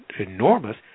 enormous